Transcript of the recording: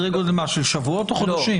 שבועות או חודשים?